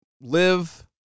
live